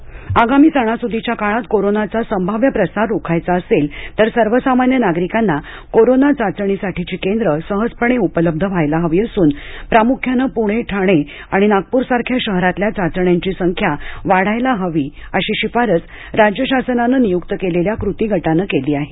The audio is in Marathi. कोरोना चाचणी आगामी सणासुदीच्या काळात कोरोनाचा संभाव्य प्रसार रोखायचा असेल तर सर्वसामान्य नागरिकांना कोरोना चाचणीसाठीची केंद्र सहजपणे उपलब्ध व्हायला हवी असून प्रामुख्यानं पुणे ठाणे आणि नागपूर सारख्या शहरातील चाचण्यांची संख्या वाढायला हवी अशी शिफारस राज्य शासनानं नियुक्त केलेल्या कृती गटानं केली आहे